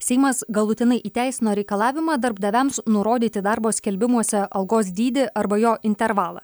seimas galutinai įteisino reikalavimą darbdaviams nurodyti darbo skelbimuose algos dydį arba jo intervalą